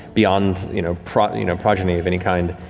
beyond you know progeny you know progeny of any kind,